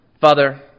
Father